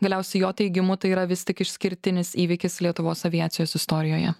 galiausiai jo teigimu tai yra vis tik išskirtinis įvykis lietuvos aviacijos istorijoje